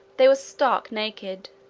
they were stark naked,